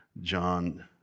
John